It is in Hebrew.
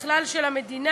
ובכלל של המדינה.